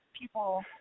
people